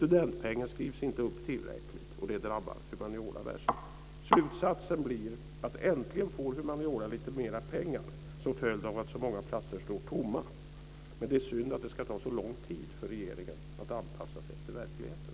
Studentpengen skrivs inte upp tillräckligt, och det drabbar humaniora värst. Slutsatsen blir att äntligen får humaniora lite mera pengar som följd av att så många platser står tomma, men det är synd att det ska ta så lång tid för regeringen att anpassa sig efter verkligheten.